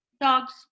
dogs